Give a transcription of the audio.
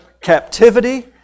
captivity